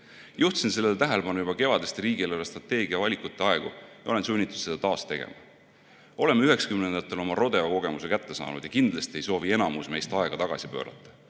Juhtisin sellele tähelepanu juba kevadiste riigi eelarvestrateegia valikute aegu ja olen sunnitud seda taas tegema. Oleme üheksakümnendatel oma rodeokogemuse kätte saanud ja kindlasti ei soovi enamus meist aega tagasi pöörata.